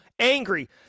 angry